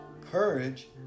courage